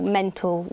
mental